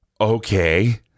okay